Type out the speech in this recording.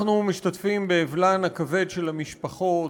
אנחנו משתתפים באבלן הכבד של המשפחות,